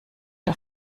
der